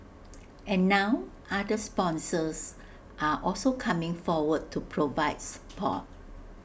and now other sponsors are also coming forward to provide support